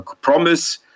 promise